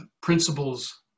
principles